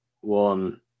one